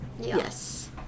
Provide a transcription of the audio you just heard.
Yes